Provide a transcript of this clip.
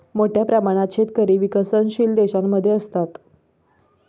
मोठ्या प्रमाणात शेतकरी विकसनशील देशांमध्ये असतात